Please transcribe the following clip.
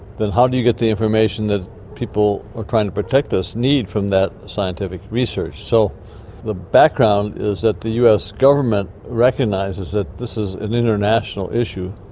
then how do you get the information that people who are trying to protect us need from that scientific research? so the background is that the us government recognises that this is an international issue,